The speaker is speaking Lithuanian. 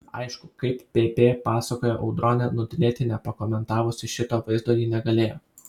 aišku kaip pp pasakojo audronė nutylėti nepakomentavusi šito vaizdo ji negalėjo